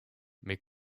mais